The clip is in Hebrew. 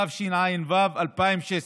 התשע"ו 2016,